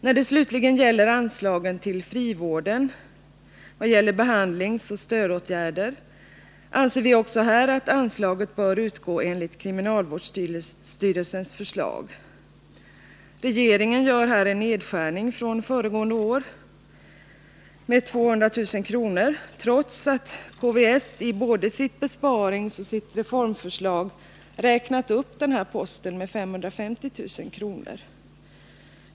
När det slutligen gäller anslagen till frivården för behandlingsoch stödåtgärder anser vi också här att anslag bör utgå enligt kriminalvårdsstyrelsens förslag. Regeringen föreslår en nedskärning i förhållande till föregående år med 200 000 kr. , trots att KVS i både sitt besparingsförslag och sitt reformförslag har räknat upp denna post med 550 000 kr.